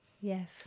Yes